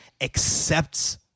accepts